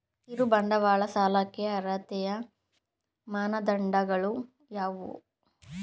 ಕಿರುಬಂಡವಾಳ ಸಾಲಕ್ಕೆ ಅರ್ಹತೆಯ ಮಾನದಂಡಗಳು ಯಾವುವು?